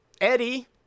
Eddie